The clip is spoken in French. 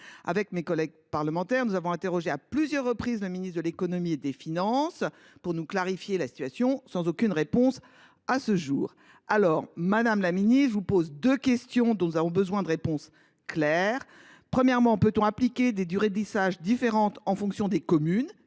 Avec mes collègues parlementaires, nous avions interrogé à plusieurs reprises le ministre de l’économie et des finances, afin qu’il clarifie la situation. Nous sommes toujours sans réponse à ce jour. Aussi, madame la ministre, je vous pose deux questions, qui exigent des réponses claires. Premièrement, peut on appliquer des durées de lissage différentes en fonction des communes